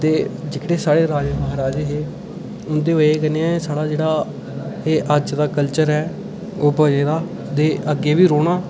दे जेह्कड़े साढ़े राजे महाराजे हे उं'दी वजह् कन्नै एह् साढ़ा जेह्ड़ा अज्ज दा कल्चर ऐ ओह् बचे दा दे अग्गें बी रौह्ना